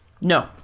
No